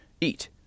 eat